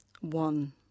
One